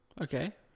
Okay